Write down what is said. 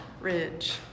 ridge